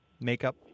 makeup